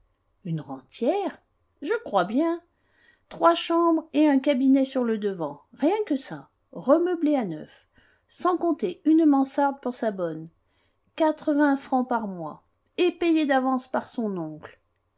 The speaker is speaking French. une rentière je crois bien trois chambres et un cabinet sur le devant rien que ça remeublés à neuf sans compter une mansarde pour sa bonne quatre-vingts francs par mois et payés d'avance par son oncle